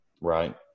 right